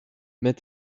mets